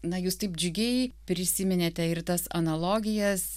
na jūs taip džiugiai prisiminėte ir tas analogijas